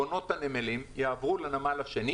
והחברות יעברו לנמל השני,